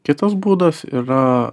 kitas būdas yra